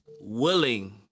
willing